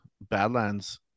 Badlands